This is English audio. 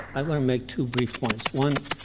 i want to make two brief points. one,